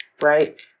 Right